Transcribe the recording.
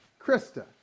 Krista